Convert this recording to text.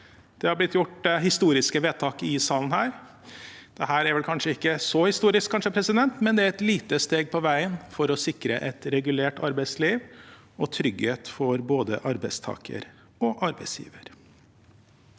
Det har blitt gjort historiske vedtak i denne salen. Dette er kanskje ikke så historisk, men det er et lite steg på veien for å sikre et regulert arbeidsliv og trygghet for både arbeidstaker og arbeidsgiver.